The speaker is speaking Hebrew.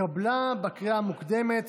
צירוף משפחות נפגעי טרור כצד להליך המשפטי (תיקוני חקיקה),